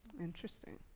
interesting.